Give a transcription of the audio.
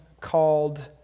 called